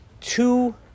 two